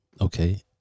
Okay